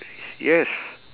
yes